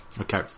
Okay